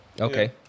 Okay